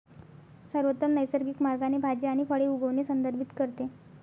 सर्वोत्तम नैसर्गिक मार्गाने भाज्या आणि फळे उगवणे संदर्भित करते